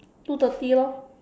two thirty lor